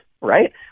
right